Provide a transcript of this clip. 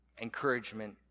encouragement